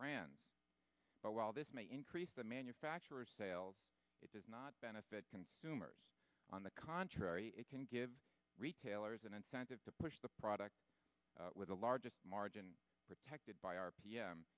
brands but while this may increase the manufacturers sales it does not benefit consumers on the contrary it can give retailers an incentive to push the product with the largest margin protected by r